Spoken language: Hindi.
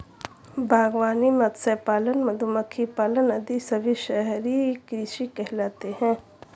बागवानी, मत्स्य पालन, मधुमक्खी पालन आदि सभी शहरी कृषि कहलाते हैं